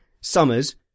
Summers